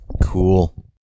Cool